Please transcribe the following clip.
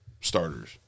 starters